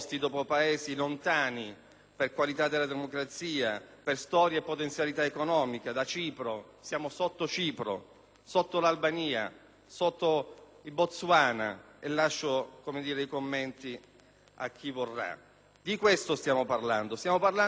per qualità della democrazia, per storia e potenzialità economica; siamo dopo Cipro, dopo l'Albania, dopo il Botswana: lascio i commenti a chi vorrà. Di questo stiamo parlando, cioè di una nuova